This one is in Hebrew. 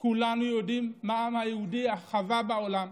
כולנו יודעים מה העם היהודי חווה בעולם: